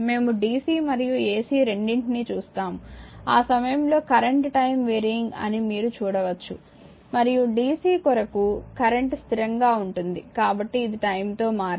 మేము dc మరియు ac రెండింటినీ చూస్తాము ఆ సమయంలో కరెంట్ టైమ్ వెరీయింగ్ అని మీరు చూడవచ్చు మరియు dc కొరకు కరెంట్ స్థిరంగా ఉంటుంది కాబట్టి ఇది టైమ్ తో మారదు